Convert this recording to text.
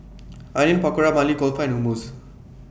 Onion Pakora Maili Kofta and Hummus